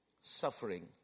suffering